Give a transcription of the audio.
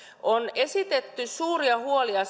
on esitetty suuria huolia